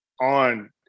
on